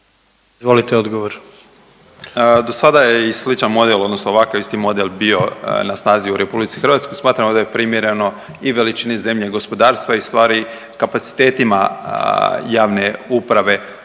**Lucić, Zdenko** Do sada je i sličan model, odnosno ovakav isti model bio na snazi u Republici Hrvatskoj. Smatramo da je primjereno i veličini zemlje, gospodarstva i u stvari kapacitetima javne uprave